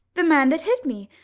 the man that hit me.